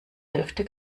hälfte